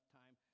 time